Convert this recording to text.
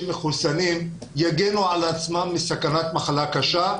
מחוסנים יגנו על עצמם מסכנת מחלה קשה.